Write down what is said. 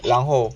然后